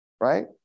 Right